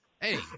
Hey